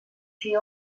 che